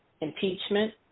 Impeachment